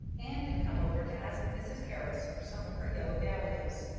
anne had come over to ask mrs. harrison for some of her yellow dahlias.